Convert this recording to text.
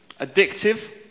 addictive